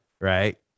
Right